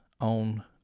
on